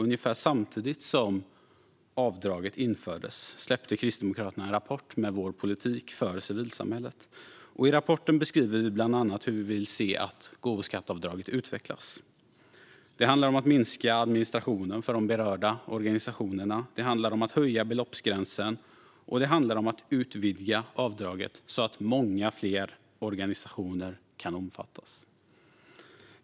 Ungefär samtidigt som avdraget infördes släppte Kristdemokraterna en rapport med vår politik för civilsamhället. I rapporten beskriver vi bland annat hur vi vill se att gåvoskatteavdraget utvecklas. Det handlar om att minska administrationen för de berörda organisationerna. Det handlar om att höja beloppsgränsen. Det handlar om att utvidga avdraget så att många fler organisationer kan omfattas.